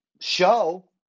show